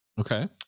Okay